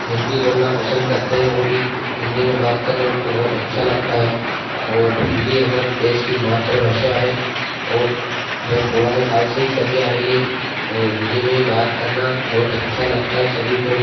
हिन्दी बोलना पसंद करते हैं वो भी हिन्दी में बात करना उनको अच्छा लगता है और हिन्दी हमारे देश की मातृभाषा है और यह पुराने काल से ही चली आ रही है और हिन्दी में ही बात करना बहुत अच्छा लगता है सभी को